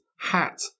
Hat